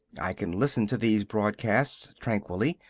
i can listen to these broadcasts tranquilly,